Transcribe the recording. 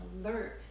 alert